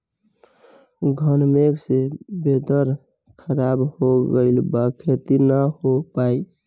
घन मेघ से वेदर ख़राब हो गइल बा खेती न हो पाई